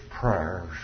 prayers